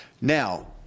Now